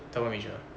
double major